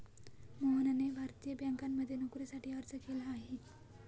मोहनने भारतीय बँकांमध्ये नोकरीसाठी अर्ज केला आहे